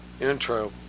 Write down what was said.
intro